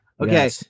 Okay